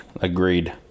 Agreed